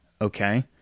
Okay